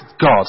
God